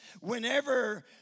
whenever